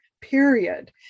period